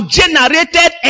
generated